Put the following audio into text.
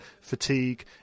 fatigue